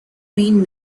been